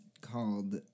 called